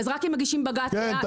אז רק אם מגישים בג"צ --- כן,